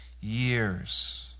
years